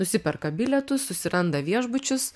nusiperka bilietus susiranda viešbučius